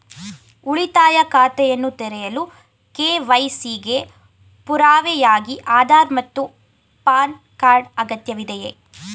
ಉಳಿತಾಯ ಖಾತೆಯನ್ನು ತೆರೆಯಲು ಕೆ.ವೈ.ಸಿ ಗೆ ಪುರಾವೆಯಾಗಿ ಆಧಾರ್ ಮತ್ತು ಪ್ಯಾನ್ ಕಾರ್ಡ್ ಅಗತ್ಯವಿದೆ